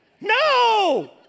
No